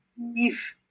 Leave